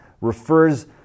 refers